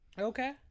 Okay